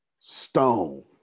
stone